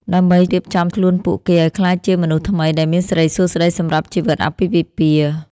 ដើម្បីរៀបចំខ្លួនពួកគេឱ្យក្លាយជាមនុស្សថ្មីដែលមានសិរីសួស្តីសម្រាប់ជីវិតអាពាហ៍ពិពាហ៍។